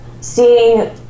seeing